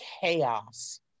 chaos